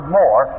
more